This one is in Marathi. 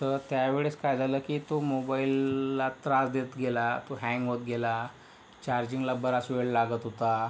तर त्यावेळेस काय झालं की तो मोबाईलला त्रास देत गेला तो हॅंग होत गेला चार्जिंगला बराच वेळ लागत होता